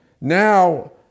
Now